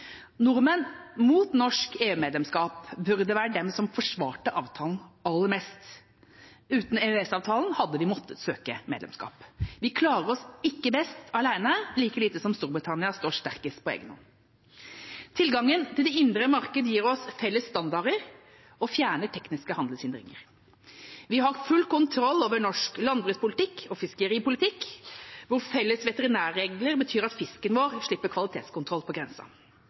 Nordmenn mot norsk EU-medlemskap burde være dem som forsvarte avtalen aller mest. Uten EØS-avtalen hadde de måttet søke medlemskap. Vi klarer oss ikke best alene – like lite som Storbritannia står sterkest på egen hånd. Tilgangen til det indre marked gir oss felles standarder og fjerner tekniske handelshindringer. Vi har full kontroll over norsk landbrukspolitikk og fiskeripolitikk, hvor felles veterinærregler betyr at fisken vår slipper kvalitetskontroll på grensa.